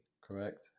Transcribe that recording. Correct